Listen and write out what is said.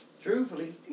truthfully